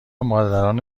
مادران